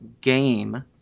game